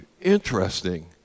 interesting